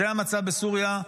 זה המצב בסוריה,